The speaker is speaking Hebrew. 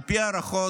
על פי ההערכות,